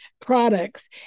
products